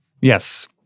Yes